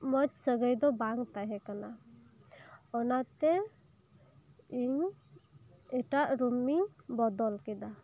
ᱢᱚᱸᱡᱽ ᱥᱟᱹᱜᱟᱹᱭ ᱫᱚ ᱵᱟᱝ ᱛᱟᱦᱮᱸ ᱠᱟᱱᱟ ᱚᱱᱟᱛᱮ ᱤᱧ ᱮᱴᱟᱜ ᱨᱩᱢᱤᱧ ᱵᱚᱫᱚᱞ ᱠᱮᱫᱟ